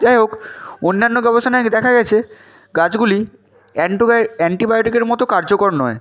যাই হোক অন্যান্য গবেষণায় দেখা গেছে গাছগুলি অ্যান্টোবায় অ্যান্টিবায়োটিকের মতো কার্যকর নয়